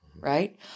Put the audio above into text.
right